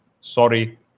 Sorry